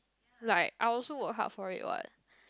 like I also worked hard for it what